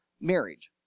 marriage